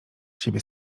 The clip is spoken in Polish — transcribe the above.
siebie